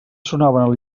sonaven